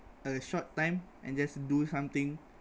a short time and just do something